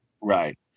Right